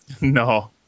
No